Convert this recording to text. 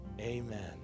Amen